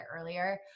earlier